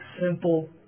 simple